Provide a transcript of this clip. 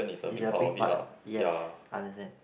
it's a big part yes understand